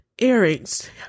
earrings